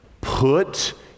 Put